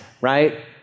right